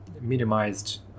minimized